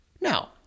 Now